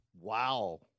Wow